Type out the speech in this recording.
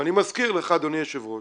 אני מזכיר לך אדוני היושב-ראש